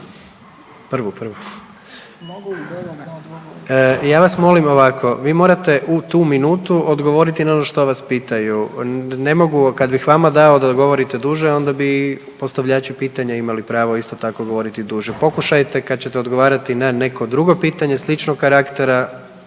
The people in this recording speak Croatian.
Prvu, prvu. Ja vas molim ovako, vi morate u tu minutu odgovoriti na ono što vas pitaju, ne mogu, kad bih vama dao da govorite duže, onda bi postavljači pitanja imali pravo isto tako govoriti duže. Pokušajte, kad ćete odgovarati na neko drugo pitanje sličnog karaktera